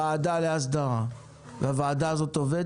הוועדה להסדרה עובדת?